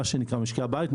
משקי הבית,